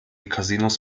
casinos